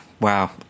Wow